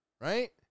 right